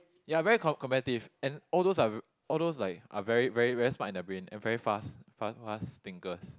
ya very com~ competitive and all those are all those like are very very very smart in their brain and very fast fast fast thinkers